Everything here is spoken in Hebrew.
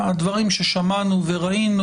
הדברים ששמענו וראינו